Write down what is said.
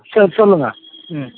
சரி சொல்லுங்கள் ம்